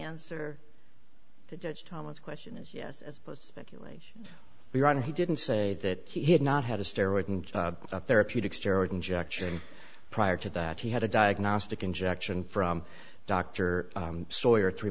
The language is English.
answer to judge thomas question is yes as opposed to speculation we're on he didn't say that he had not had a steroid and a therapeutic sterrett injection prior to that he had a diagnostic injection from dr sawyer three